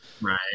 Right